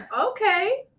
Okay